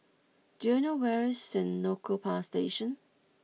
do you know where is Senoko Power Station